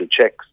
checks